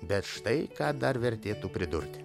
bet štai ką dar vertėtų pridurti